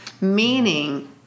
meaning